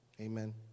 Amen